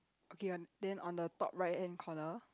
okay on then on the top right hand corner